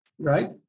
Right